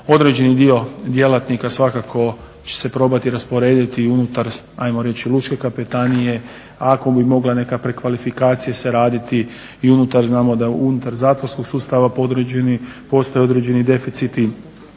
Određeni dio djelatnika svakako će se probati rasporediti unutar ajmo reći lučke kapetanije. Ako bi mogla neka prekvalifikacija se raditi i unutar, znamo da unutar zatvorskog sustava postoje određeni deficiti